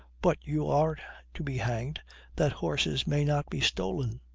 but you are to be hanged that horses may not be stolen.